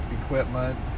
equipment